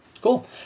Cool